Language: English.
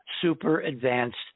super-advanced